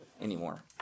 anymore